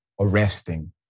arresting